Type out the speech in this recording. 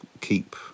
keep